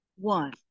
One